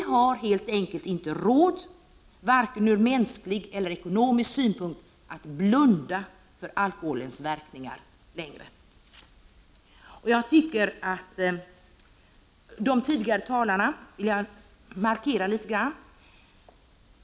Vi har helt enkelt inte längre råd, vare sig ur mänsklig eller ur ekonomisk synpunkt, att blunda för alkoholens verkningar. Jag vill också markera vad tidigare talare har sagt.